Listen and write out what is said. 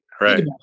right